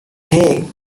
hey